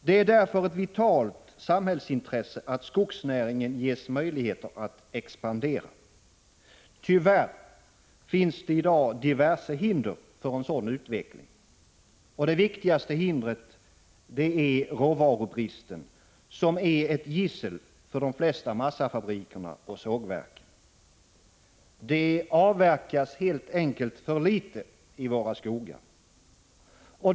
Det är därför ett vitalt samhällsintresse att skogsnäringen ges möjligheter att expandera. Tyvärr finns det i dag diverse hinder för en sådan utveckling. Det viktigaste hindret är råvarubristen, som är ett gissel för de flesta massafabriker och sågverk. Det avverkas helt enkelt för litet i våra skogar.